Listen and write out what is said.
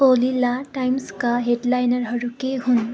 ओली ला टाइम्सका हेडलाइनरहरू के हुन्